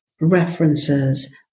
references